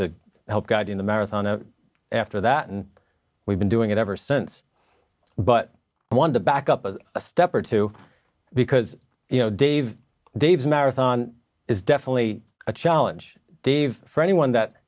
to help guide in the marathon a after that and we've been doing it ever since but i want to back up a step or two because you know dave dave's marathon is definitely a challenge dave for anyone that